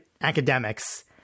academics